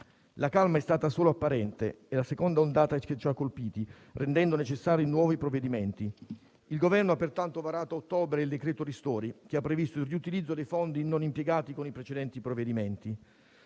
La calma è stata solo apparente e la seconda ondata che ci ha colpiti ha reso necessari nuovi provvedimenti. Il Governo ha pertanto varato, ad ottobre, il decreto ristori che ha previsto il riutilizzo dei fondi non impiegati con i precedenti provvedimenti.